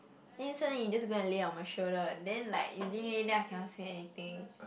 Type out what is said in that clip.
then suddenly you just go and lay on my shoulder then like you lean already then I cannot say anything